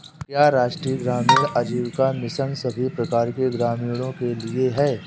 क्या राष्ट्रीय ग्रामीण आजीविका मिशन सभी प्रकार के ग्रामीणों के लिए है?